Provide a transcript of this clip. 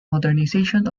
modernization